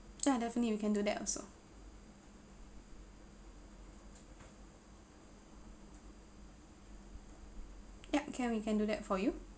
ya definitely we can do that also yup can we can do that for you